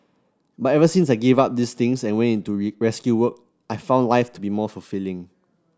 but ever since I gave up these things and went into rescue work I've found life to be more fulfilling